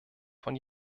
von